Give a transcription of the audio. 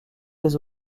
des